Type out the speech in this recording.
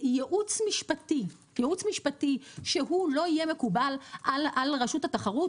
ייעוץ משפטי שהוא לא יהיה מקובל על רשות התחרות,